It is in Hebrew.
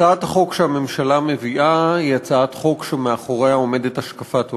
הצעת החוק שהממשלה מביאה היא הצעת חוק שמאחוריה עומדת השקפת עולם.